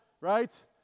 right